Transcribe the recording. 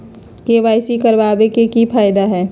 KYC करवाबे के कि फायदा है?